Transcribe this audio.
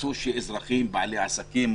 רצו שאזרחים בעלי עסקים,